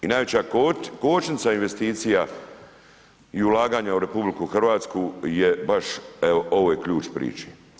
I najveća kočnica investicija i ulaganja u RH je baš evo, ovo je ključ priče.